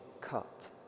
cut